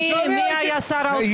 מי היה שר האוצר אז?